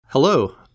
Hello